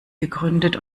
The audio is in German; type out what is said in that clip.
gegründet